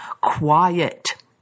Quiet